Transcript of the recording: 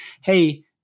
hey